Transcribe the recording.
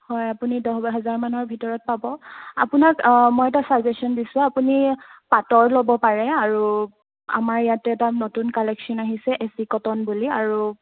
হয় আপুনি দহ হাজাৰ মানৰ ভিতৰত পাব আপোনাক মই এটা চাজেশ্যন দিছোঁ আপুনি পাতৰ ল'ব পাৰে আৰু আমাৰ ইয়াতে এটা নতুন কালেকশ্যন আহিছে এ চি কটন বুলি আৰু